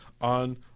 on